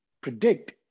predict